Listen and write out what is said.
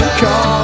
call